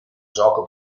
gioco